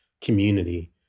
community